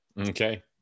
Okay